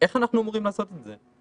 איך אנחנו אמורים לעשות את זה?